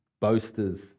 boasters